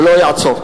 ולא אעצור.